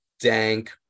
dank